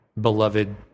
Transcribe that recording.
beloved